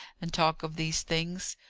and talk of these things.